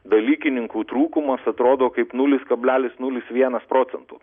dalykininkų trūkumas atrodo kaip nulis kablelis nulis vienas procentų